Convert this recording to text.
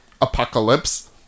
Apocalypse